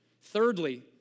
Thirdly